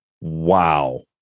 wow